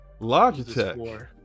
Logitech